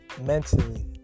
mentally